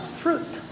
fruit